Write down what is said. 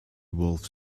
wolfed